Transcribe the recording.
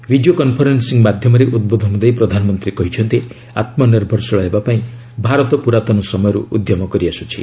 video conferencing ମାଧ୍ୟମରେ ଉଦ୍ବୋଧନ ଦେଇ ପ୍ରଧାନମନ୍ତ୍ରୀ କହିଛନ୍ତି ଆତ୍ମନିର୍ଭରଶୀଳ ହେବା ପାଇଁ ଭାରତ ପୁରାତନ ସମୟରୁ ଉଦ୍ୟମ କରିଆସୁଛି